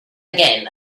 again